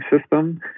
system